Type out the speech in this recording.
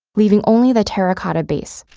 leaving only the terracotta base.